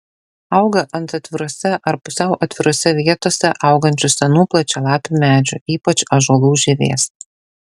auga ant atvirose ar pusiau atvirose vietose augančių senų plačialapių medžių ypač ąžuolų žievės